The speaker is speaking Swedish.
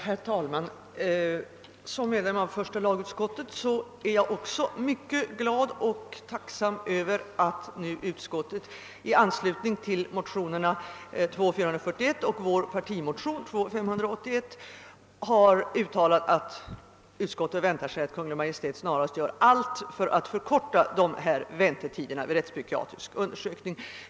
Herr talman! Som medlem av första lagutskottet är jag också mycket glad och tacksam över att utskottet i anslutning till motionerna II: 441 och vår partimotion II: 581 har uttalat, att utskottet väntar sig att Kungl. Maj:t snarast gör allt för att förkorta väntetiderna för rättspsykiatrisk undersökning.